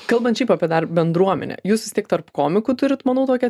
kalbant šiaip apie dar bendruomenę jūs vis tiek tarp komikų turit manau tokią